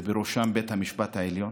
ובראשה בית המשפט העליון.